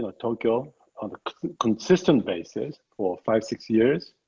ah tokyo on a consistent basis for five, six years.